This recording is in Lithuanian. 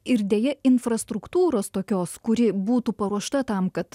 ir deja infrastruktūros tokios kuri būtų paruošta tam kad